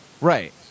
right